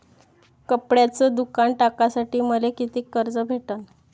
कपड्याचं दुकान टाकासाठी मले कितीक कर्ज भेटन?